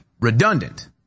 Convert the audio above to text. redundant